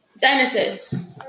Genesis